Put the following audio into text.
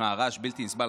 הרעש בלתי נסבל.